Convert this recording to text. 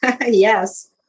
Yes